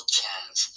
chance